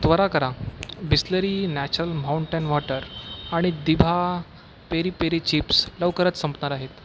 त्वरा करा Bisleri natural mountain water आणि दिभा पेरी पेरी चिप्स लवकरच संपणार आहेत